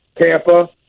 Tampa